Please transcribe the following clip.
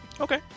okay